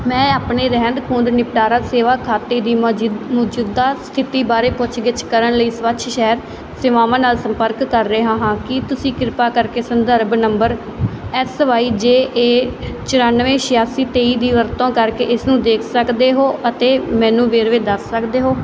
ਮੈਂ ਆਪਣੇ ਰਹਿੰਦ ਖੂੰਹਦ ਨਿਪਟਾਰਾ ਸੇਵਾ ਖਾਤੇ ਦੀ ਮੌਜੂਦਾ ਸਥਿਤੀ ਬਾਰੇ ਪੁੱਛਗਿੱਛ ਕਰਨ ਲਈ ਸਵੱਛ ਸ਼ਹਿਰ ਸੇਵਾਵਾਂ ਨਾਲ ਸੰਪਰਕ ਕਰ ਰਿਹਾ ਹਾਂ ਕੀ ਤੁਸੀਂ ਕਿਰਪਾ ਕਰਕੇ ਸੰਦਰਭ number S Y J A ਚੋਰਾਨਵੇਂ ਛਿਆਸੀ ਤੇਈ ਦੀ ਵਰਤੋਂ ਕਰਕੇ ਇਸ ਨੂੰ ਦੇਖ ਸਕਦੇ ਹੋ ਅਤੇ ਮੈਨੂੰ ਵੇਰਵੇ ਦੱਸ ਸਕਦੇ ਹੋ